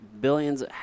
billions